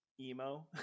emo